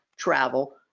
travel